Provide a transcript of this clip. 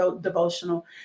devotional